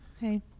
Hey